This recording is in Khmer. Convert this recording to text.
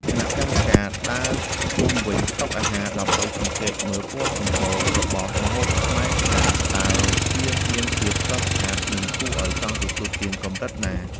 គណៈកម្មការដើរជុំវិញតុអាហារដើម្បីសង្កេតមើលពណ៌សម្បុររបស់ម្ហូបខ្មែរថា តើវាមានភាពស្រស់ស្អាត និងគួរឱ្យចង់ទទួលទានកម្រិតណា។